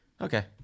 okay